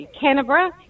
Canberra